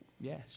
Yes